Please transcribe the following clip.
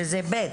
שזה (ב),